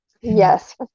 Yes